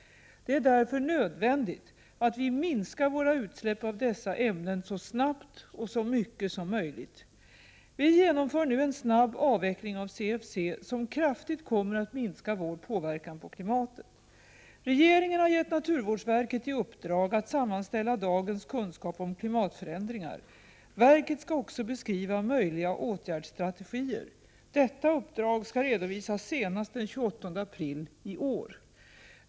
Det är därför nödvändigt att vi minskar våra utsläpp av dessa ämnen så snart och så mycket som möjligt. Vi genomför nu en snabb avveckling av CFC, som kraftigt kommer att minska vår påverkan på klimatet. Regeringen har gett naturvårdsverket i uppdrag att sammanställa dagens kunskap om klimatförändringar. Verket skall också beskriva möjliga åtgärdsstrategier. Detta uppdrag skall redovisas senast den 28 april i år.